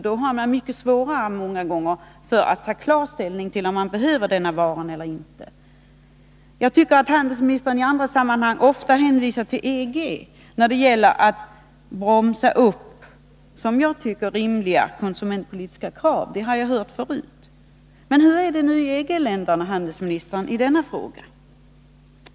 Då har konsumenten många gånger mycket svårare för att ta ställning till om han behöver en vara eller inte. I andra sammanhang hänvisar handelsministern ofta till EG när det gäller att bromsa upp, som jag tycker, rimliga konsumentkrav. Men hur är det i EG-länderna i denna fråga?